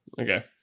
Okay